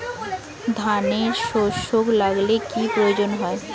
ধানের শোষক লাগলে কি প্রয়োগ করব?